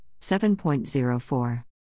7.04